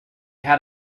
had